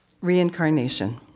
Reincarnation